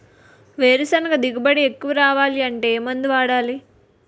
వేరుసెనగ దిగుబడి ఎక్కువ రావాలి అంటే ఏ మందు వాడాలి?